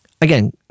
Again